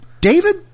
David